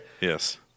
Yes